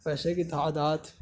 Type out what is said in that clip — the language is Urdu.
پیسے کی تعداد